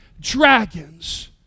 dragons